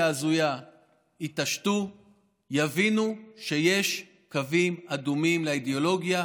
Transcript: הזויה יתעשתו ויבינו שיש קווים אדומים לאידיאולוגיה.